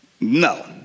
No